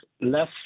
less